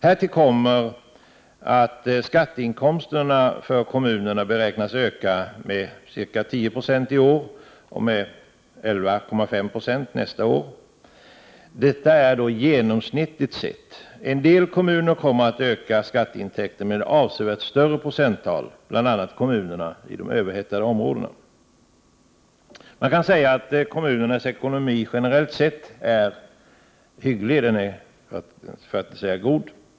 Härtill kommer att skatteinkomster för kommunerna beräknas öka med ca 10 96 i år och med 11,5 20 nästa år. Detta är genomsnittligt sett. En del kommuner kommer att öka skatteintäkterna med avsevärt större procenttal, bl.a. kommunerna i de överhettade områdena. Man kan säga att kommunernas ekonomi generellt sett är hygglig, för att inte säga god.